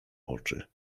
oczy